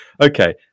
okay